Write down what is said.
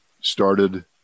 started